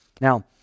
Now